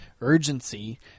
urgency